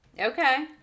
Okay